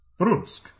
Brunsk